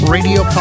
Radio